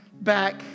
back